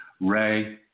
Ray